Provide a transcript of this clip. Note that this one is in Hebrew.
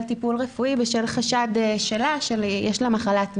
טיפול רפואי בשל חשד שלה שיש לה מחלת מין,